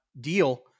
deal